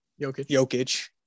Jokic